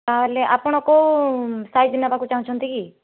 ତା'ହେଲେ ଆପଣ କେଉଁ ସାଇଜ୍ ନେବାକୁ ଚାହୁଁଛନ୍ତି କି